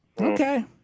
Okay